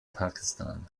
pakistan